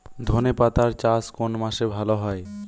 ধনেপাতার চাষ কোন মাসে ভালো হয়?